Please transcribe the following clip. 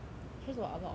stressed by a lot of things